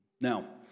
Now